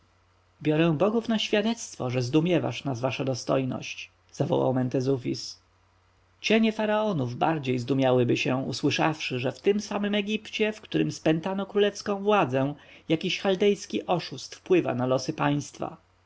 biorę bogów na świadectwo że zdumiewasz nas wasza dostojność zawołał mentezufis cienie faraonów bardziej zdumiałyby się usłyszawszy że w tym samym egipcie w którym spętano królewską władzę jakiś chaldejski oszust wpływa na losy państwa